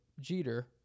Jeter